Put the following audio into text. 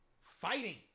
Fighting